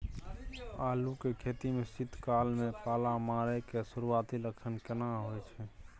आलू के खेती में शीत काल में पाला मारै के सुरूआती लक्षण केना होय छै?